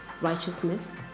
righteousness